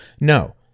No